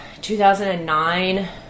2009